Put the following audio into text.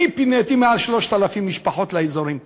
אני פיניתי מעל 3,000 משפחות לאזורים פה,